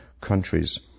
countries